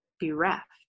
bereft